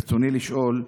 ברצוני לשאול: